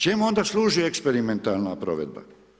Čemu onda služi eksperimentalna provedba?